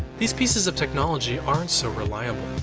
these pieces of technology aren't so reliable.